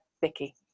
Vicky